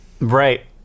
right